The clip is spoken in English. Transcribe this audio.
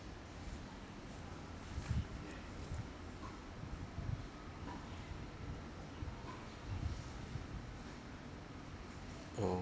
oo